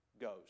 goes